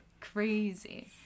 crazy